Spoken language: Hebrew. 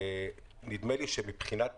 נדמה לי שמבחינת